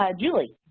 ah julie?